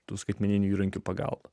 tų skaitmeninių įrankių pagalba